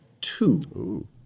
two